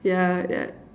yeah yeah